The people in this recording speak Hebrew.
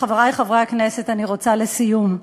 חברי חברי הכנסת, לסיום,